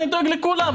אני דואג לכולם.